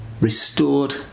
restored